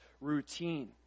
routine